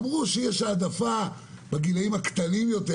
אמרו שיש העדפה בגילים הצעירים יותר,